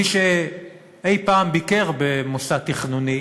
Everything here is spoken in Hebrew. מי שאי-פעם ביקר במוסד תכנוני